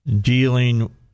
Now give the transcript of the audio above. dealing